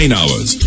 hours